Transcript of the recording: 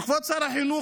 כבוד שר החינוך,